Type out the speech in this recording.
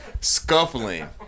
Scuffling